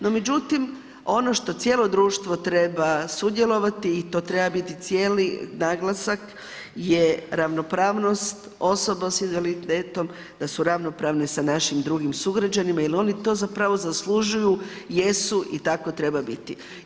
No međutim, ono što cijelo društvo treba sudjelovati i to treba biti cijeli naglasak je ravnopravnost osoba s invaliditetom da su ravnopravne sa našim drugim sugrađanima jer oni to zapravo zaslužuju, jesu i tako treba biti.